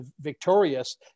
victorious